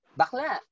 bakla